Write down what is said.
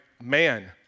Man